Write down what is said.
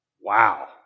wow